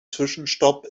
zwischenstopp